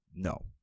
no